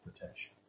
protection